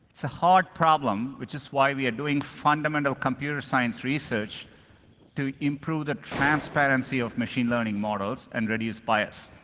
it's a hard problem, which is why we are doing fundamental computer science research to improve the transparency of machine learning models and reduce bias.